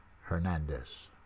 Hernandez